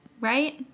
Right